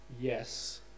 yes